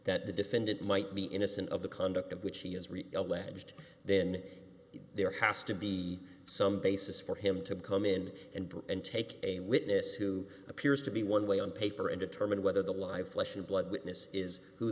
that the defendant might be innocent of the conduct of which he has read pledged then there has to be some basis for him to come in and be and take a witness who appears to be one way on paper and determine whether the live flesh and blood witness is who